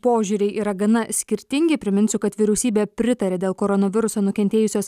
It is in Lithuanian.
požiūriai yra gana skirtingi priminsiu kad vyriausybė pritarė dėl koronaviruso nukentėjusios